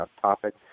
topic